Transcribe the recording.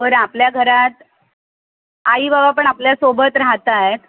बर आपल्या घरात आई बाबा पण आपल्यासोबत राहतायेत